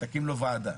תקים לו ועדה.